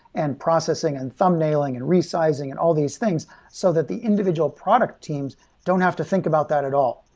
and processing, and thumb-nailing, and resizing, and all these things, so that the individual product teams don't have to think about that at all.